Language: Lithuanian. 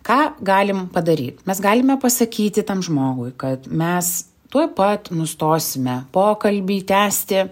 ką galim padaryt mes galime pasakyti tam žmogui kad mes tuoj pat nustosime pokalbį tęsti